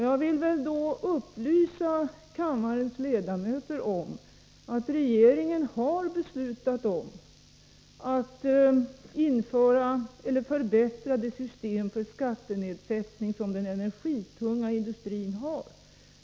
Jag vill upplysa kammarens ledamöter om att regeringen har beslutat att förbättra systemet för skattenedsättning för den energitunga industrin.